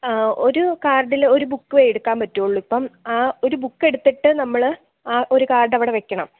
ആ ഒരു കാർഡിൽ ഒരു ബുക്ക് എടുക്കാൻ പറ്റുകയുള്ളൂ ഇപ്പം ആ ഒരു ബുക്ക് എടുത്തിട്ട് നമ്മൾ ആ ഒരു കാർഡ് അവിടെ വയ്ക്കണം